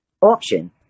auction